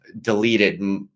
deleted